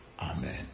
Amen